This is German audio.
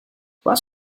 was